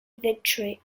victory